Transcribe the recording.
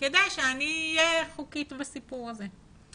כדי שאני אהיה חוקית בסיפור הזה.